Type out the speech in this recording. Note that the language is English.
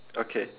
okay